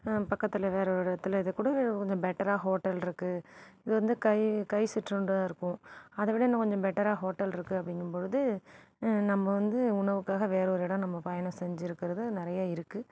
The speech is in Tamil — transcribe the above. பக்கத்தில் வேறு ஒரு இடத்துல இது கூட கொஞ்சம் பெட்டராக ஹோட்டல்ருக்கு இது வந்து கை கை சிற்றூண்டா இருக்கும் அதை விட இன்னும் கொஞ்சம் பெட்டராக ஹோட்டல்ருக்கு அப்படிங்கும்பொழுது நம்ப வந்து உணவுக்காக வேறு ஒரு இடோம் நம்ம பயணம் செஞ்சிருக்கறது நிறைய இருக்கு